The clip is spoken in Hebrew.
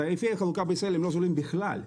תעריפי החלוקה בישראל הם לא זולים בכלל.